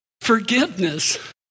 forgiveness